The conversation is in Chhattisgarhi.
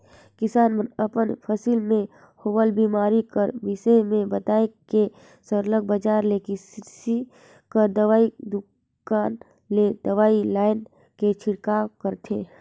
किसान मन अपन फसिल में होवल बेमारी कर बिसे में बताए के सरलग बजार ले किरसी कर दवई दोकान ले दवई लाएन के छिड़काव करथे